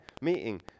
meeting